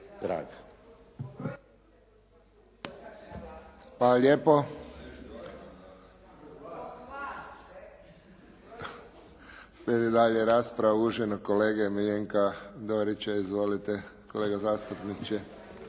Hvala lijepo. Slijedi dalje rasprava uvaženog kolege Miljenka Dorića. Izvolite kolega zastupniče.